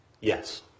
Yes